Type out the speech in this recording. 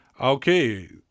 Okay